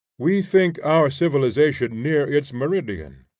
we think our civilization near its meridian,